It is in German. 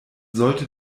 sollte